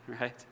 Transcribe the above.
right